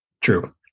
True